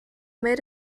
made